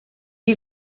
you